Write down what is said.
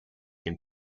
can